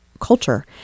culture